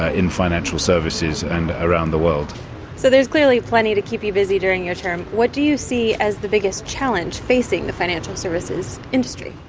ah in financial services and around the world craig so there's clearly plenty to keep you busy during your term. what do you see as the biggest challenge facing the financial services industry?